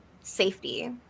safety